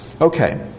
Okay